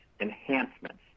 enhancements